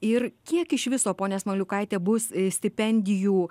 ir kiek iš viso ponia smaliukaite bus stipendijų